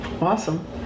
awesome